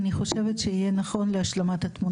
אני חושבת שיהיה נכון להשלמת התמונה.